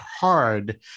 hard